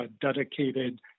dedicated